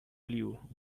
blew